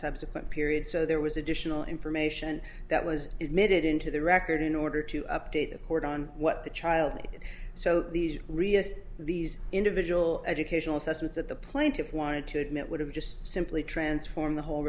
subsequent period so there was additional information that was it made it into the record in order to update the court on what the child is so these reus these individual educational systems that the plaintiffs wanted to admit would have just simply transform the whole